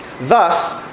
Thus